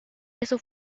eso